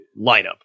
lineup